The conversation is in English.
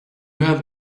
have